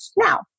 Now